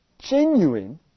genuine